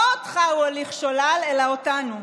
לא אותך הוא הוליך שולל אלא אותנו.